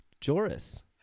Joris